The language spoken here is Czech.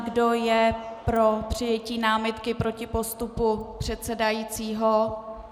Kdo je pro přijetí námitky proti postupu předsedajícího?